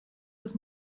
das